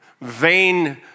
vain